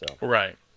Right